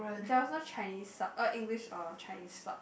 there was no Chinese sub uh English or Chinese sub